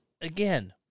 again